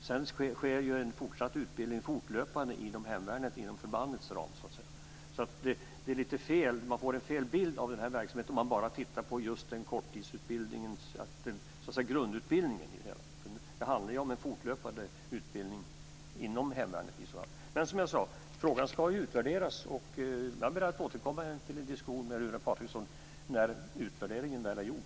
Sedan ges fortlöpande en utbildning i hemvärnet inom förbandets ram. Man får alltså fel bild av den här verksamheten, om man bara tittar på grundutbildningen. Det handlar om en fortlöpnde utbildning inom hemvärnet. Men frågan ska, som sagt, utvärderas, och jag ber att få återkomma till en diskussion med Runar Patriksson när utvärderingen väl är gjord.